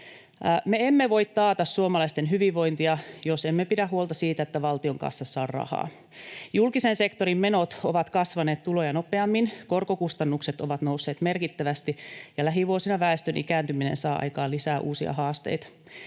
Me emme voi taata suomalaisten hyvinvointia, jos emme pidä huolta siitä, että valtion kassassa on rahaa. Julkisen sektorin menot ovat kasvaneet tuloja nopeammin, korkokustannukset ovat nousseet merkittävästi, ja lähivuosina väestön ikääntyminen saa aikaan lisää uusia haasteita.